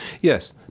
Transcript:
Yes